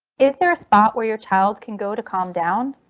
is there a spot where your child can go to calm down?